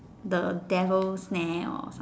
the devil's snare or some